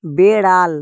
বেড়াল